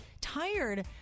tired